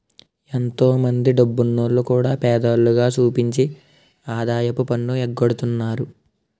ఎంతో మందో డబ్బున్నోల్లు కూడా పేదోల్లుగా సూపించి ఆదాయపు పన్ను ఎగ్గొడతన్నారు